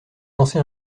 lancer